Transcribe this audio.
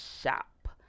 shop